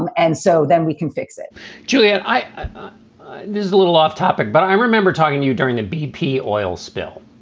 and and so then we can fix it julianne, this is a little off topic, but i remember talking to you during the bp oil spill,